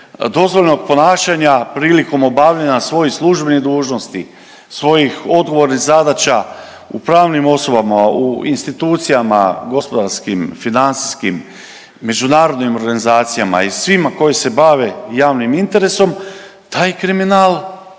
dozvoljenog ponašanja prilikom obavljanja svojih službenih dužnosti, svojih odgovornih zadaća u pravnim osobama, u institucijama gospodarskim, financijskim, međunarodnim organizacijama i svima koji se bave javnim interesom taj kriminal